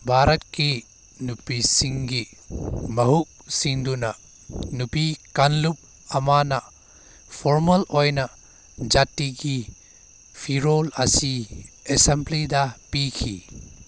ꯚꯥꯔꯠꯀꯤ ꯅꯨꯄꯤꯁꯤꯡꯒꯤ ꯃꯍꯨꯠ ꯁꯤꯟꯗꯨꯅ ꯅꯨꯄꯤ ꯀꯥꯡꯂꯨꯞ ꯑꯃꯅ ꯐꯣꯔꯃꯦꯜ ꯑꯣꯏꯅ ꯖꯥꯇꯤꯒꯤ ꯐꯤꯔꯣꯜ ꯑꯁꯤ ꯑꯦꯁꯦꯟꯕ꯭ꯂꯤꯗ ꯄꯤꯈꯤ